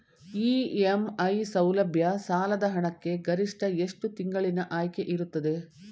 EMI ಸೌಲಭ್ಯ ಸಾಲದ ಹಣಕ್ಕೆ ಗರಿಷ್ಠ ಎಷ್ಟು ತಿಂಗಳಿನ ಆಯ್ಕೆ ಇರುತ್ತದೆ?